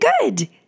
good